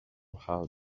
how